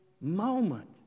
moment